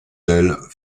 d’elles